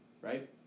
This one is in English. right